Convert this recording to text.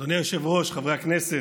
אדוני היושב-ראש, חברי הכנסת,